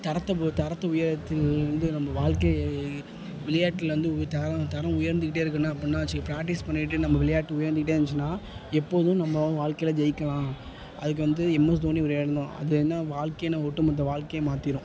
தரத்தை பொறுத்த தரத்தை உயர்த்தி வந்து நம்ம வாழ்க்கையை விளையாட்டில வந்து தரம் தரம் உயர்ந்துக்கிட்டே இருக்க என்ன பண்ணணுன்னா சி ப்ராக்டீஸ் பண்ணிக்கிட்டு நம்ம விளையாட்டு உயர்ந்துக்கிட்டே இருந்துச்சின்னா எப்போதும் நம்ம வா வாழ்க்கையில் ஜெயிக்கலாம் அதுக்கு வந்து எம்எஸ் தோனி விளையாடணும் அது என்ன வாழ்க்கையில் ஒட்டுமொத்த வாழ்க்கையே மாத்திடும்